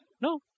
No